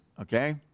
okay